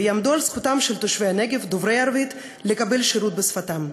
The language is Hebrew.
ויעמדו על זכותם של תושבי הנגב דוברי הערבית לקבל שירות בשפתם.